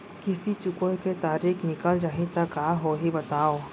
किस्ती चुकोय के तारीक निकल जाही त का होही बताव?